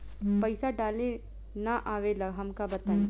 पईसा डाले ना आवेला हमका बताई?